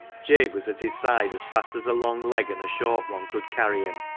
jabe was at his side as fast as a long leg and a short one could carry him,